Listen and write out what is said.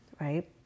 right